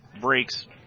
breaks